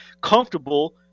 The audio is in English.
comfortable